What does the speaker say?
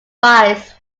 advice